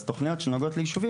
אז תוכניות שנוגעות ליישובים,